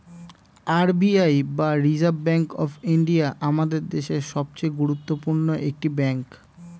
R B I বা reserve bank of India আমাদের দেশের সবচেয়ে গুরুত্বপূর্ণ একটি ব্যাঙ্ক